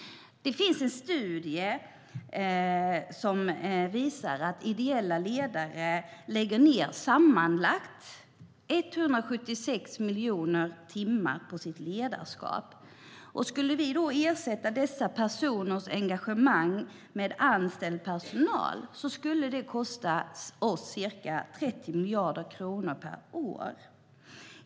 Det finns en studie som visar att ideella ledare sammanlagt lägger ned 176 miljoner timmar på sitt ledarskap. Skulle vi ersätta dessa personers engagemang med anställd personal skulle det kosta oss ca 30 miljarder kronor per år.